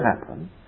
happen